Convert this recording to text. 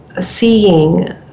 seeing